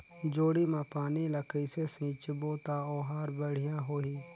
जोणी मा पानी ला कइसे सिंचबो ता ओहार बेडिया होही?